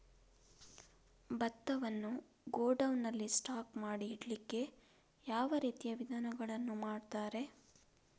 ಭತ್ತವನ್ನು ಗೋಡೌನ್ ನಲ್ಲಿ ಸ್ಟಾಕ್ ಮಾಡಿ ಇಡ್ಲಿಕ್ಕೆ ಯಾವ ರೀತಿಯ ವಿಧಾನಗಳನ್ನು ಮಾಡ್ತಾರೆ?